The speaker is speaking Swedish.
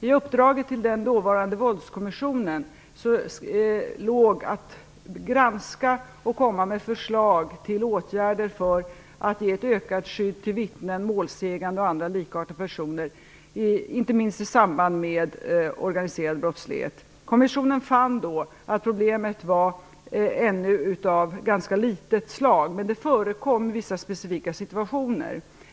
I uppdraget till den dåvarande Våldskommissionen låg att granska och komma med förslag till åtgärder för att ge ett ökat skydd till vittnen, målsägande och andra, likartade personer, inte minst i samband med organiserad brottslighet. Kommissionen fann då att problemet ännu var av ganska litet slag, men det förekom vissa specifika situationer.